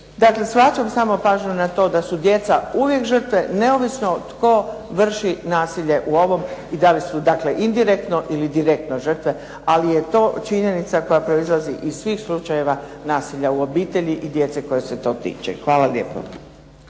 Dakle, svraćam samo pažnju na to da su djeca uvijek žrtve neovisno tko vrši nasilje u ovom i da li su dakle indirektno ili direktno žrtve, ali je to činjenica koja proizlazi iz svih slučajeva nasilja u obitelji i djece koje se to tiče. Hvala lijepo.